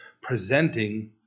presenting